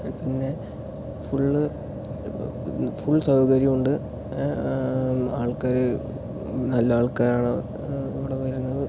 പിന്നെ full full സൗകര്യം ഉണ്ട് ആൾക്കാർ നല്ല ആൾക്കാർ ആണ് ഇവിടെ വരുന്നത്